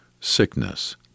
sickness